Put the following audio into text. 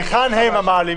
היכן הם המעלימים?